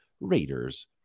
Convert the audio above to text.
Raiders